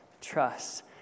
trust